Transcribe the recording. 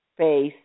space